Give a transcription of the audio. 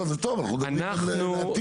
זה טוב, אנחנו לעתיד.